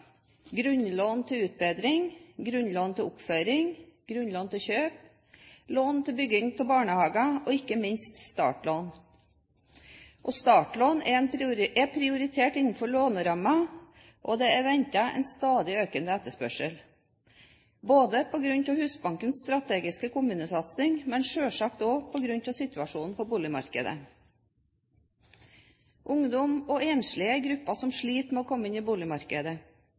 grunnlån til utbedring, grunnlån til oppføring, grunnlån til kjøp, lån til bygging av barnehager og ikke minst startlån. Startlån er prioritert innenfor lånerammen, og det er ventet en stadig økende etterspørsel på grunn av Husbankens strategiske kommunesatsing, men selvsagt også på grunn av situasjonen på boligmarkedet. Ungdom og enslige er grupper som sliter med å komme inn i boligmarkedet.